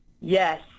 yes